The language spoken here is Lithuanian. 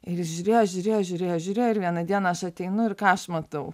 ir žiūrėjo žiūrėjo žiūrėjo žiūrėjo ir vieną dieną aš ateinu ir ką aš matau